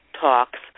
talks